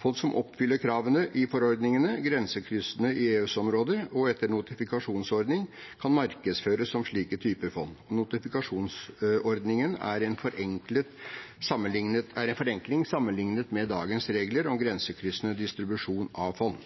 Fond som oppfyller kravene i forordningene grensekryssende i EØS-området etter en notifikasjonsordning, kan markedsføres som slike typer fond. Notifikasjonsordningen er en forenkling sammenlignet med dagens regler om grensekryssende distribusjon av fond.